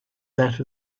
that